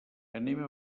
anem